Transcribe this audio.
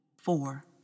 Four